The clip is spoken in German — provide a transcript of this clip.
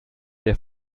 der